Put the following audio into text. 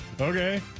Okay